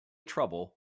trouble